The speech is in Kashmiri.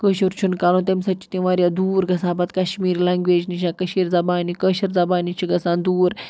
کٲشُر چھُنہٕ کَرُن تَمہِ سۭتۍ چھِ تِم واریاہ دوٗر گژھان پَتہٕ کَشمیٖر لینگویج نِش زَبانہِ کٲشِر زَبانہِ نش چھِ گژھان دوٗر